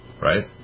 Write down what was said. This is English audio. right